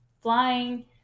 flying